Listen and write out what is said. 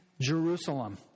Jerusalem